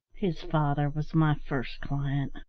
his father was my first client,